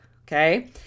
Okay